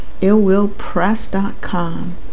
illwillpress.com